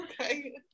Okay